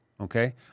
Okay